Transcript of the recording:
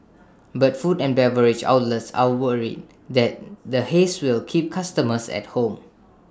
but food and beverage outlets are worried that the haze will keep customers at home